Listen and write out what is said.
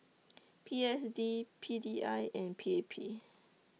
P S D P D I and P A P